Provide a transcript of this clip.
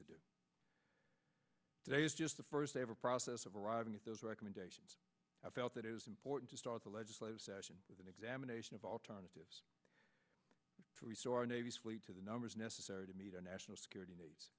to do today is just the first day of a process of arriving at those recommendations i felt that it was important to start the legislative session with an examination of alternatives to the numbers necessary to meet our national security needs